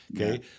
Okay